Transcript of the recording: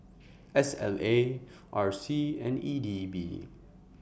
S L A R C and E D B